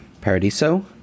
paradiso